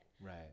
right